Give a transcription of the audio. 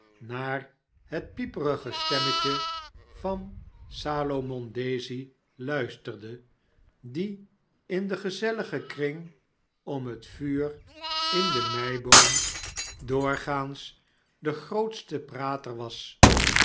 naar het peperige stemmetje van salomon daisy luisterde die in den gezelligen kring om het vuur in de meiboom doorgaans de grootste prater was